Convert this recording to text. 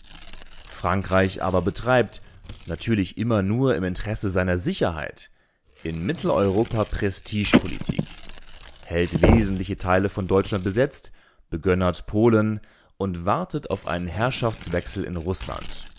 frankreich aber betreibt natürlich immer nur im interesse seiner sicherheit in mitteleuropa prestigepolitik hält wesentliche teile von deutschland besetzt begönnert polen und wartet auf einen herrschaftswechsel in rußland